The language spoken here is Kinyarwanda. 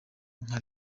nka